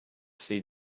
see